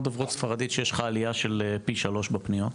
דוברות ספרית שיש לך עלייה של פי 3 בפניות?